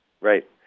Right